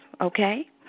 okay